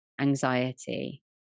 anxiety